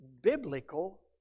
biblical